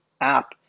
app